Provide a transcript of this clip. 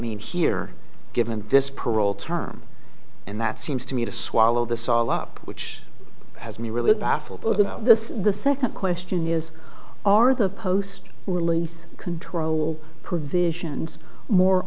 mean here given this parole term and that seems to me to swallow this all up which has me really baffled about this the second question is are the post release control provisions more